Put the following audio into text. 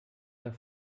der